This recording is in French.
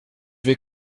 vais